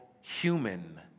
human